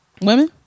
Women